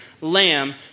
lamb